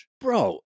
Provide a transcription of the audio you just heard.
bro